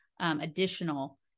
additional